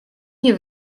nie